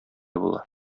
була